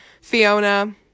Fiona